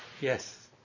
Yes